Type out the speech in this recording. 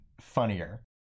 funnier